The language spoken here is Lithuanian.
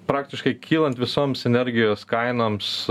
praktiškai kylant visoms energijos kainoms